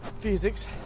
physics